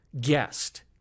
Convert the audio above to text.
guest